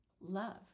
love